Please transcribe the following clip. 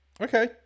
Okay